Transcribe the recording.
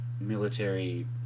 military